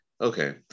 okay